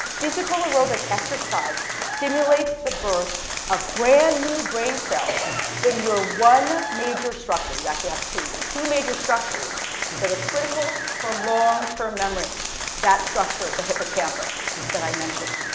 physical aerobic exercise stimulates the birth of brand new brain cells in your one major structure, you actually have two, your two major structures that are critical for longterm memory that structure, the hippocampus that i mentioned.